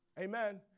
Amen